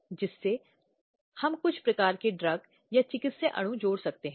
लेकिन यह कार्यस्थल के अलावा भी हो सकता है